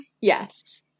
Yes